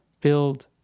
Build